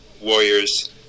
warriors